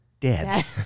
Dead